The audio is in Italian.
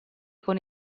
con